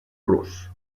rus